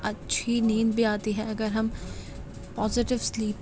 اچھی نیند بھی آتی ہے اگر ہم پازیٹیو سلیپ